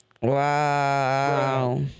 Wow